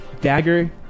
dagger